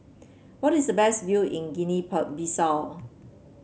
what is the best view in Guinea Bissau